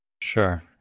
Sure